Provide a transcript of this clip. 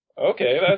Okay